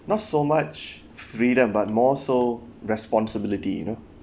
not so much freedom but more so responsibility you know